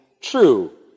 True